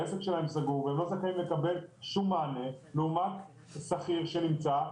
העסק שלהם סגור והם לא זכאים לקבל שום מענה לעומת שכיר שנמצא בבידוד,